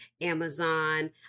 Amazon